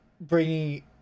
bringing